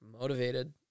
motivated